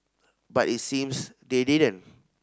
but it seems they didn't